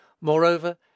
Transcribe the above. Moreover